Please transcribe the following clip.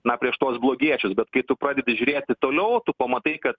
na prieš tuos blogiečius bet kai tu pradedi žiūrėti toliau o tu pamatai kad